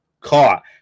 caught